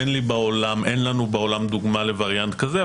אין בעולם דוגמה לווריאנט כזה,